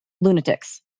lunatics